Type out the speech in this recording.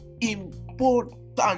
important